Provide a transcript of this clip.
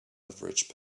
average